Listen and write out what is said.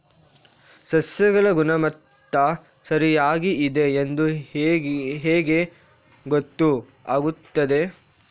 ಸಸ್ಯಗಳ ಗುಣಮಟ್ಟ ಸರಿಯಾಗಿ ಇದೆ ಎಂದು ಹೇಗೆ ಗೊತ್ತು ಆಗುತ್ತದೆ?